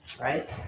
right